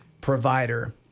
provider